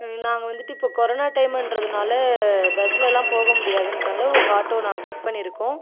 நாங்கள் வந்துட்டு இப்போது கொரோனா டைமுன்றதுனால் பஸ்லெலாம் போக முடியாதுன்றனால உங்கள் ஆட்டோவை நாங்கள் புக் பண்ணியிருக்கோம்